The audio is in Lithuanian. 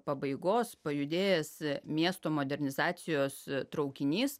pabaigos pajudėjęs miesto modernizacijos traukinys